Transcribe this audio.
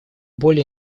более